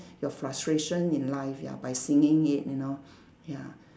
your frustration in life ya by singing it you know ya